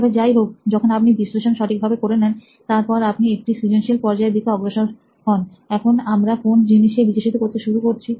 তবে যাই হোক যখন আপনি বিশ্লেষণ সঠিকভাবে করে নেন তারপর আপনি একটি সৃজনশীল পর্যায়ের দিকে অগ্রসর হন এখন আমরা কোন জিনিসকে বিকশিত করতে শুরু করছি